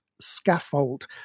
scaffold